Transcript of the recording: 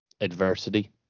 adversity